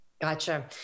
Gotcha